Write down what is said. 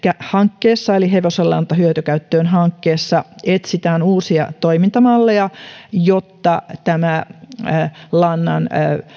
hankkeessa eli hevosenlanta hyötykäyttöön hankkeessa etsitään uusia toimintamalleja jotta lannan